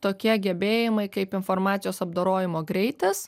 tokie gebėjimai kaip informacijos apdorojimo greitis